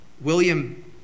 William